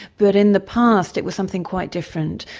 but in the past it was something quite different.